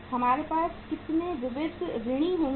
हमारे पास कितने विविध ऋणी होंगे